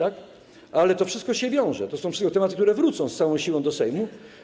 Ale to wszystko się wiąże, to wszystko są tematy, które wrócą, z całą siłą, do Sejmu.